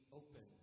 open